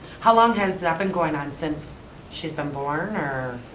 how long has that been going on? since she's been born? a